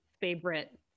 favorite